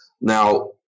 Now